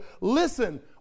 listen